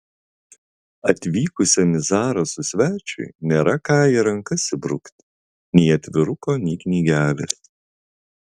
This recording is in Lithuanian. atvykusiam į zarasus svečiui nėra ką į rankas įbrukti nei atviruko nei knygelės